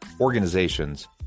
organizations